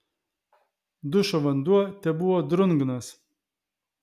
dušo vanduo tebuvo drungnas